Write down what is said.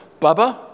Bubba